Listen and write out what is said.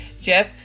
Jeff